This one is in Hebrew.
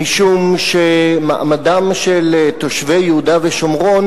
משום שמעמדם של תושבי יהודה ושומרון